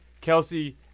Kelsey